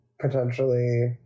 potentially